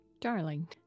darling